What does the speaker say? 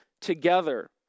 together